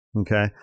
Okay